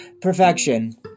perfection